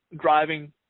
driving